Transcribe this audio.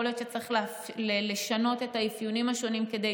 יכול להיות שצריך לשנות את האפיונים השונים כדי